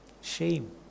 Shame